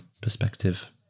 perspective